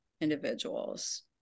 individuals